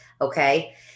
okay